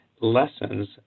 lessons